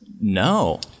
No